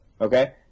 okay